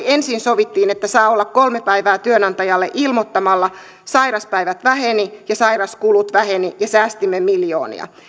ensin sovittiin että saa olla kolme päivää sairaana työnantajalle ilmoittamalla sairauspäivät vähenivät ja sairauskulut vähenivät ja säästimme miljoonia